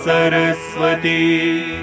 Saraswati